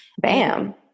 bam